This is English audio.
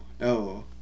no